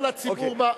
אז תדבר לציבור בבתים.